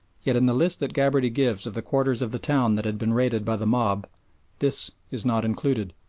yet in the list that gabarty gives of the quarters of the town that had been raided by the mob this is not included.